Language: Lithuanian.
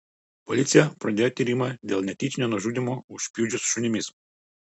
policija pradėjo tyrimą dėl netyčinio nužudymo užpjudžius šunimis